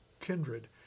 kindred